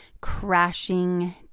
crashing